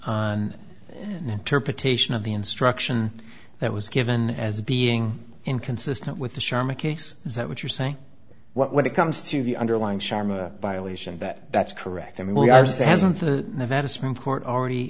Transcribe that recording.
on an interpretation of the instruction that was given as being inconsistent with the sharma case is that what you're saying when it comes to the underlying sharma violation that that's correct i mean we are still hasn't the nevada supreme court already